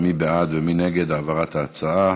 מי בעד ומי נגד העברת ההצעה?